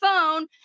phone